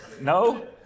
No